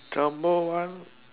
Jumbo one